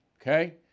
Okay